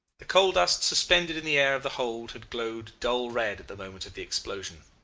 the coal-dust suspended in the air of the hold had glowed dull-red at the moment of the explosion.